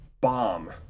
bomb